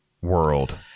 world